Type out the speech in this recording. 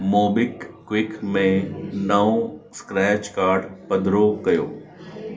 Mobi quick में नओं scratch card पधरो कयो